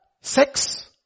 sex